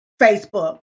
Facebook